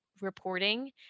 reporting